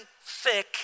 thick